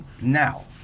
Now